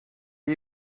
you